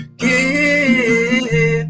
give